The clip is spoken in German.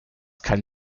kann